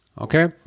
okay